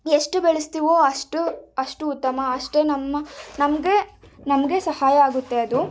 ಎಷ್ಟು ಬೆಳೆಸ್ತೀವೋ ಅಷ್ಟು ಅಷ್ಟು ಉತ್ತಮ ಅಷ್ಟೇ ನಮ್ಮ ನಮಗೆ ನಮಗೆ ಸಹಾಯ ಆಗುತ್ತೆ ಅದು